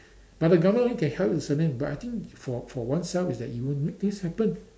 but the government only can help you with certain but I think for for oneself is that you will make things happens